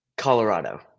Colorado